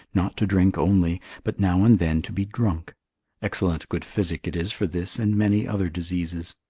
not to drink only, but now and then to be drunk excellent good physic it is for this and many other diseases.